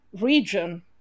region